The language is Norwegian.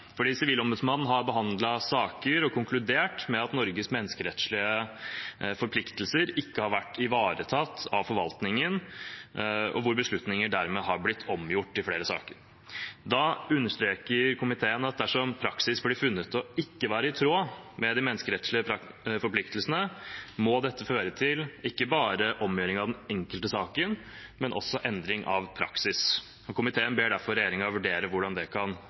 Sivilombudsmannen har behandlet saker og konkludert med at Norges menneskerettslige forpliktelser ikke har vært ivaretatt av forvaltningen, og beslutninger har dermed blitt omgjort i flere saker. Da understreker komiteen at dersom praksis blir funnet ikke å være i tråd med de menneskerettslige forpliktelsene, må dette føre til ikke bare omgjøring av den enkelte saken, men også endring av praksis. Komiteen ber derfor regjeringen vurdere hvordan det kan